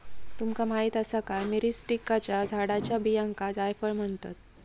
तुमका माहीत आसा का, मिरीस्टिकाच्या झाडाच्या बियांका जायफळ म्हणतत?